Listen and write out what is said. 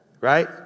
Right